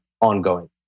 ongoing